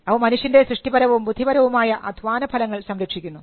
അവ മനുഷ്യൻറെ സൃഷ്ടിപരവും ബുദ്ധിപരവുമായ അധ്വാന ഫലങ്ങൾ സംരക്ഷിക്കുന്നു